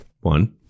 One